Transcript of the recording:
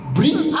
bring